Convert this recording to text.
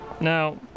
Now